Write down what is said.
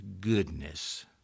goodness